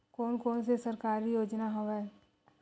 कोन कोन से सरकारी योजना हवय?